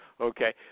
Okay